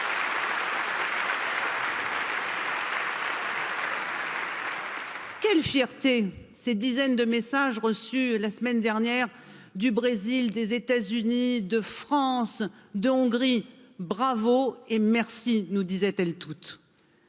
Quelle fierté ces dizaines de messages reçus la semaine dernière du Brésil, des États Unis, de France, de Hongrie, bravo et merci, nous disait elle toutes